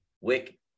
Wick